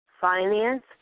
finance